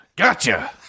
Gotcha